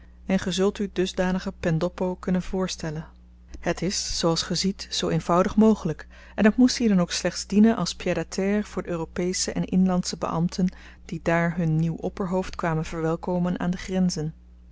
en ge zult u dusdanige pendoppo kunnen voorstellen het is zooals ge ziet zoo eenvoudig mogelyk en het moest hier dan ook slechts dienen als pied à terre voor de europesche en inlandsche beambten die daar hun nieuw opperhoofd kwamen verwelkomen aan de grenzen